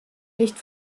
nicht